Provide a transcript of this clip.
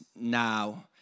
now